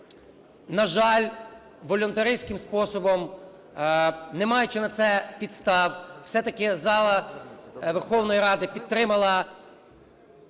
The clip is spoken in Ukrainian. на жаль, волюнтаристським способом, не маючи на це підстав, все-таки зала Верховної Ради підтримала